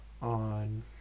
on